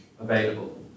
available